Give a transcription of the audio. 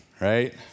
right